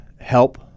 Help